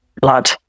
blood